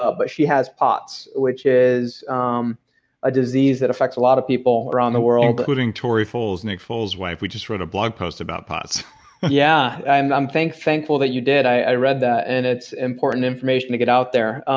ah but she has pots which is um a disease that affects a lot of people around the world including tori foles, nick foles' wife, we just wrote a blog post about pots yeah, and i'm thankful that you did. i read that, and it's important information to get out there.